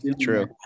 True